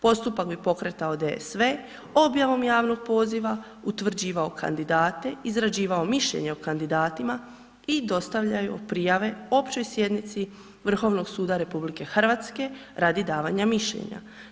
Postupak bi pokretao DSV, objavom javnog poziva utvrđivao kandidate, izrađivao mišljenje o kandidatima i dostavljao prijave općoj sjednici Vrhovnog suda RH radi davanja mišljenja.